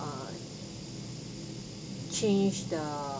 uh change the